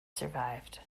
survived